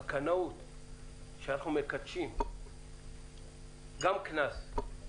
שאנחנו מקדשים גם קנס,